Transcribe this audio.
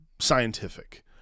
scientific